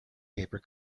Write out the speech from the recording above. paper